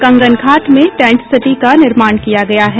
कंगन घाट में tent city का निर्माण किया गया है